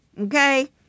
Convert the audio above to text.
Okay